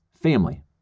family